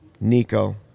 Nico